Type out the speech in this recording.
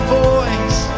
voice